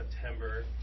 September